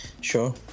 Sure